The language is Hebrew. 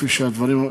כפי שהדברים,